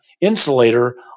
insulator